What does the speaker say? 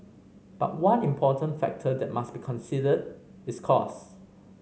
but one important factor that must be considered is cost